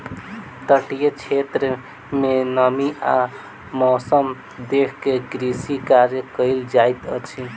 तटीय क्षेत्र में नमी आ मौसम देख के कृषि कार्य कयल जाइत अछि